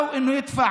או שהוא משלם